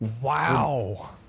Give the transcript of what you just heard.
wow